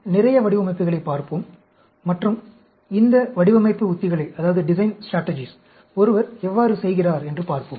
நாம் நிறைய வடிவமைப்புகளைப் பார்ப்போம் மற்றும் இந்த வடிவமைப்பு உத்திகளை ஒருவர் எவ்வாறு செய்கிறார் என்று பார்ப்போம்